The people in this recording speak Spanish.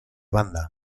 banda